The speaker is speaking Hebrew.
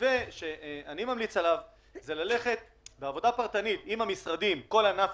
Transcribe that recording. והמתווה שאני ממליץ עליו זה לעשות עבודה פרטנית עם המשרדים לכל ענף